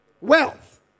wealth